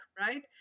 right